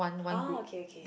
oh okay okay